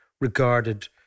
regarded